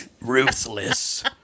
ruthless